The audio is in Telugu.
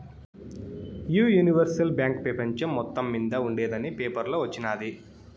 ఈ యూనివర్సల్ బాంక్ పెపంచం మొత్తం మింద ఉండేందని పేపర్లో వచిన్నాది